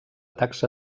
taxa